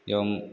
एवम्